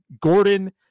Gordon